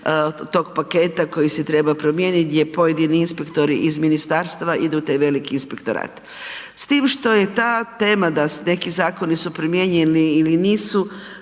tog paket koji se treba promijeniti gdje inspektori iz ministarstva idu u taj veliki inspektorat. S tim što je ta tema da neki zakoni su primjenjivi ili nisu